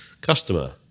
customer